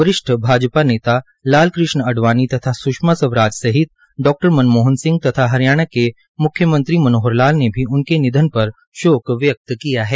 वरिष्ठ भाजपा नेता लाल कृष्ण अडवाणी तथा स्षमा स्वराज सहित डा मनमोहन सिंह तथा हरियाणा के म्ख्यमंत्री मनोहर लाल ने उनके निधन पर शोक व्यक्त किया है